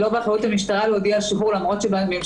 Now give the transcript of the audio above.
זה לא באחריות המשטרה להודיע על שחרור למרות שבממשק